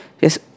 Yes